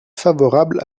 favorable